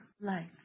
life